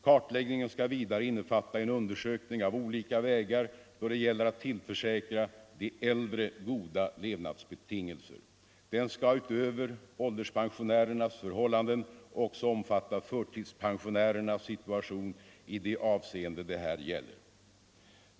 Kartläggningen skall vidare innefatta en undersökning av olika vägar då det gäller att tillförsäkra de äldre goda levnadsbetingelser. Den skall utöver ålderspensionärernas förhållanden också omfatta förtidspensionärernas situation i de avseenden det här gäller.